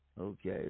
Okay